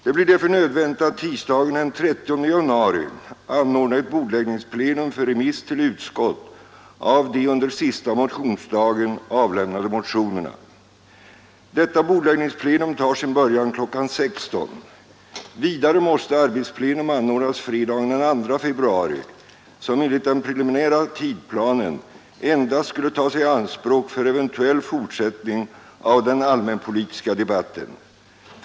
Det blir därför nödvändigt att tisdagen den 30 januari anordna ett bordläggningsplenum för remiss till utskott av de under sista motionsdagen avlämnade motionerna. Detta bordläggningsplenum tar sin början kl. 16.00. Vidare måste arbetsplenum anordnas fredagen den 2 februari, som enligt den preliminära tidplanen endast skulle tas i anspråk för eventuell fortsättning av den allmänpolitiska debatten.